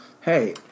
Hey